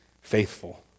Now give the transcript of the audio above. faithful